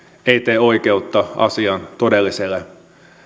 ei tee oikeutta asian todelliselle